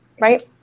right